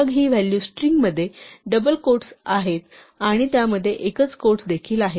मग ही व्हॅल्यू स्ट्रिंगमध्ये डबल क्वोट्स्स आहेत आणि त्यामध्ये एकच क्वोट्स देखील आहे